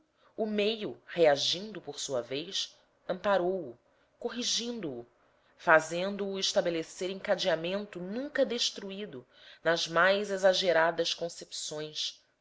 o meio reagindo por sua vez amparou o corrigindo o fazendo-o estabelecer encadeamento nunca destruído nas mais exageradas concepções